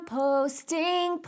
posting